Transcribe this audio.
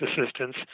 assistance